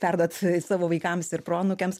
perduot savo vaikams ir proanūkiams